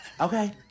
Okay